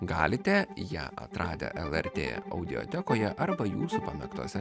galite ją atradę lrt audiotekoje arba jūsų pamėgtose